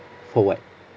for what